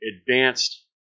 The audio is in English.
advanced